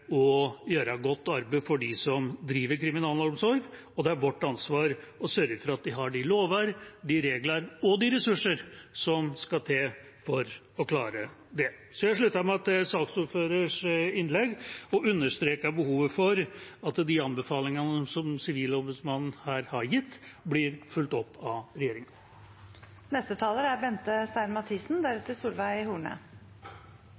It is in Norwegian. å gjøre godt arbeid for dem som driver kriminalomsorg. Det er vårt ansvar å sørge for at de har de lover, de regler og de ressurser som skal til for å klare det. Jeg slutter meg til saksordførerens innlegg og understreker behovet for at de anbefalingene som Sivilombudsmannen her har gitt, blir fulgt opp av